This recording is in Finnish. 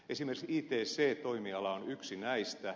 esimerkiksi ict toimiala on yksi näistä